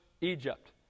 Egypt